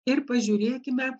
ir pažiūrėkime